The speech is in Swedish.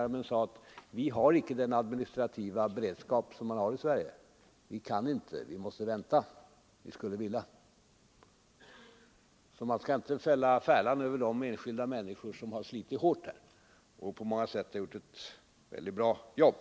De har sagt att de icke hade den administrativa beredskap som finns i Sverige utan trots alla svårigheter måste vänta med ransoneringarna, fastän de skulle vilja genomföra sådana. Man bör därför inte svinga färlan över de enskilda människor som har slitit hårt här och på många sätt utfört ett synnerligen bra arbete.